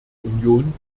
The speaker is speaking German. union